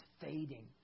fading